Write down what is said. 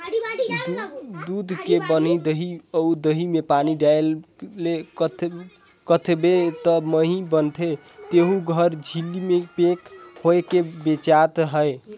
दूद ले बनल दही अउ दही में पानी डायलके मथबे त मही बनथे तेहु हर झिल्ली में पेक होयके बेचात अहे